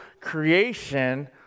creation